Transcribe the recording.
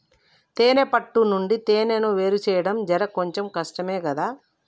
తేనే పట్టు నుండి తేనెను వేరుచేయడం జర కొంచెం కష్టమే గదా